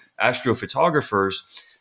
astrophotographers